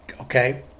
Okay